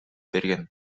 берген